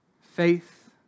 Faith